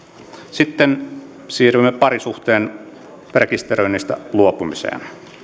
sitten siirrymme parisuhteen rekisteröinnistä luopumiseen